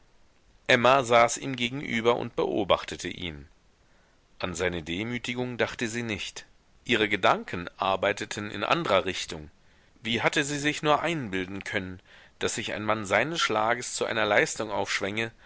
emma saß ihm gegenüber und beobachtete ihn an seine demütigung dachte sie nicht ihre gedanken arbeiteten in andrer richtung wie hatte sie sich nur einbilden können daß sich ein mann seines schlages zu einer leistung aufschwänge